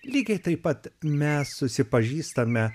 lygiai taip pat mes susipažįstame